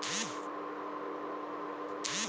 वेतन एक बन्हल तन्खा होला